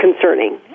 concerning